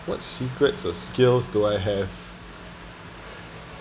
what's secrets of skills do I have